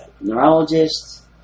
neurologist